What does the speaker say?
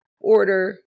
order